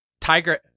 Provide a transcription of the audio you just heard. Tiger